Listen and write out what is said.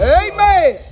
amen